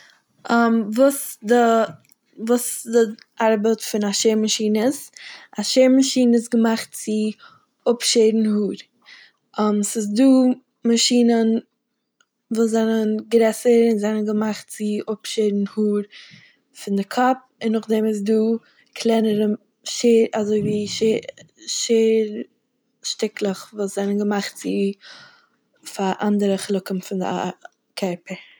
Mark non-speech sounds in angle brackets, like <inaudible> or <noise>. <hesitation> וואס די- וואס די ארבעט פון א שער מאשין איז. א שער מאשין איז געמאכט צו אפשערן האר. <hesitation> ס'איז דא מאשינען וואס זענען גרעסער און זענען געמאכט צו אפשערן האר פון די קאפ, און נאכדעם איז דא קלענערע מ- שער- אזויווי שער- שער... שטיקלעך וואס זענען געמאכט צו- פאר אנדערע חלקים פון די א- קערפער.